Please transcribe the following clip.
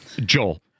Joel